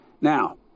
Now